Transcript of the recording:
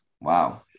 Wow